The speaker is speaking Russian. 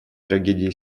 трагедией